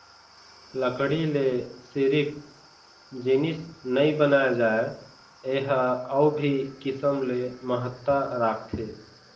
लकड़ी ले सिरिफ जिनिस नइ बनाए जाए ए ह अउ भी किसम ले महत्ता राखथे